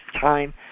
time